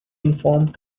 informed